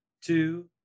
two